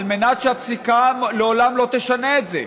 על מנת שהפסיקה לעולם לא תשנה את זה.